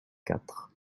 quatre